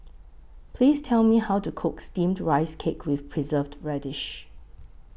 Please Tell Me How to Cook Steamed Rice Cake with Preserved Radish